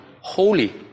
holy